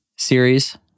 series